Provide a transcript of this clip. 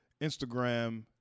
Instagram